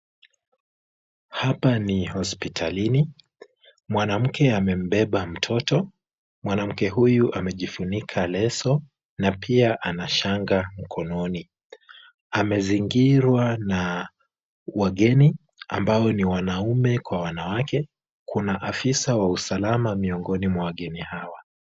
Hapa ni hospitalini. Mwanamke amembeba mtoto. Mwanamke huyu amejifunika leso na pia ana shanga mkononi. Amezingirwa na wageni ambao ni wanaume kwa wanawake, kuna afisa wa usalama miongoni mwa wageni hawa.